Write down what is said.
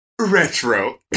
retro